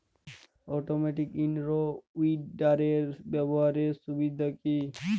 Automatic in row উইডারের ব্যবহারের সুবিধা কি?